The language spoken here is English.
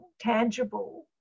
tangible